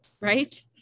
right